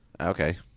Okay